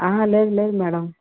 ఆహా లేదు లేదు మేడం